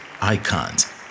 icons